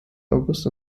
august